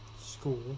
school